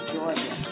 Georgia